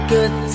Good